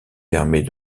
permet